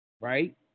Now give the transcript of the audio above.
Right